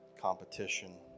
competition